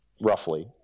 roughly